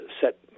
set